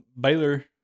Baylor